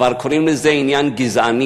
כבר קוראים לזה: עניין גזעני.